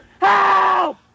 Help